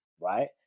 right